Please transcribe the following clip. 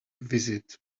visit